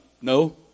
No